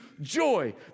joy